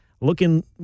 looking